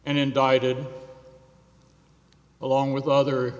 and indicted along with other